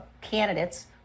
candidates